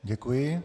Děkuji.